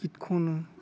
गित खनो